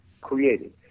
created